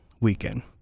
weekend